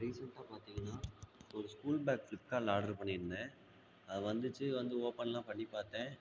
ரீசன்ட்டாக பார்த்திங்கன்னா ஒரு ஸ்கூல் பேக் ஃபிலிப் கார்ட்ல ஆட்ரு பண்ணிருந்தேன் அது வந்துச்சு வந்து ஓப்பன்லாம் பண்ணி பார்த்தேன்